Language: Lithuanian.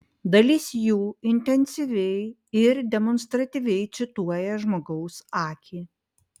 dalis jų intensyviai ir demonstratyviai cituoja žmogaus akį